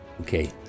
Okay